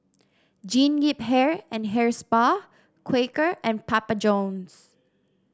Jean Yip Hair and Hair Spa Quaker and Papa Johns